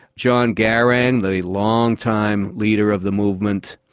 john garang, the long-time leader of the movement,